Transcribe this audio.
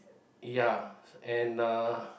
ya and uh